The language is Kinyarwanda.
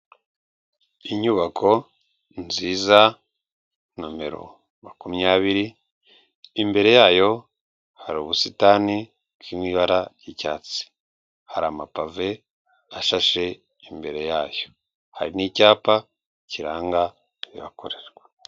Inyubako nziza nomero makumyabiri, imbere yayo hari ubusitani buri mu ibara ry'icyatsi, hari amapave ashashe imbere yayo, hari n'icyapa kiranga ibihakorerwa.